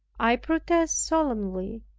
i protest solemnly,